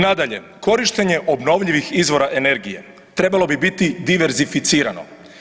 Nadalje, korištenje obnovljivih izvora energije trebalo bi biti diversificirano.